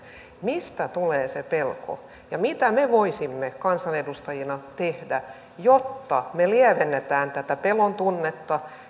mistä tulee se pelko ja mitä me voisimme kansanedustajina tehdä jotta me lievennämme tätä pelon tunnetta ja